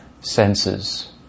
senses